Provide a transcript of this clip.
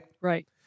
Right